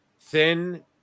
thin